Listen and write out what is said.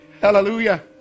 Hallelujah